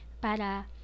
para